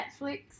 Netflix